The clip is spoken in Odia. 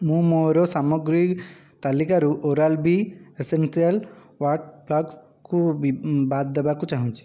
ମୁଁ ମୋର ସାମଗ୍ରୀ ତାଲିକାରୁ ଓରାଲ ବି ଏସେନ୍ସିଆଲ୍ ୱାକ୍ସଡ୍ ଫ୍ଲସ୍କୁ ବାଦ୍ ଦେବାକୁ ଚାହୁଁଛି